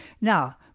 Now